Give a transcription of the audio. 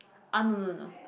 ah no no no no